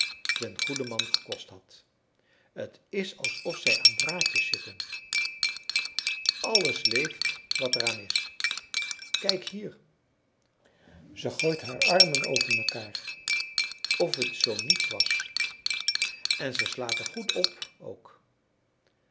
den goeden man gekost had t is alsof zij aan draadjes zitten alles leeft wat er aan is kijk hier ze gooit haar armen over mekaar of t zoo niets was en ze slaat er goed op ook